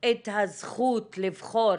את הזכות לבחור